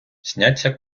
сняться